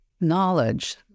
knowledge